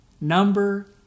Number